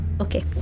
okay